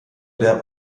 der